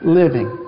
living